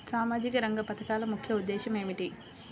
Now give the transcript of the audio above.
సామాజిక రంగ పథకాల ముఖ్య ఉద్దేశం ఏమిటీ?